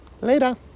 later